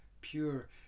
pure